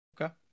Okay